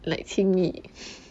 like 亲密